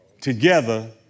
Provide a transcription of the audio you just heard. together